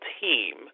team